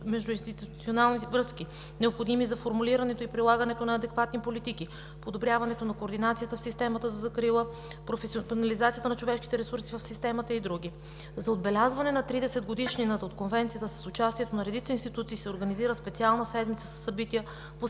междуинституционални връзки, необходими за формулирането и прилагането на адекватни политики; подобряването на координацията в системата за закрила; професионализацията на човешките ресурси в системата и други. За отбелязване на 30-годишнината от Конвенцията с участието на редица институции се организира специална седмица със събития,